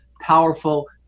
powerful